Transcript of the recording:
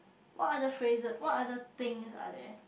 what other phrases what other things are there